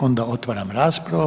Onda otvaram raspravu.